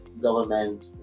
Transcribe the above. government